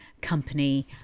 company